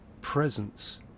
presence